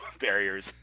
barriers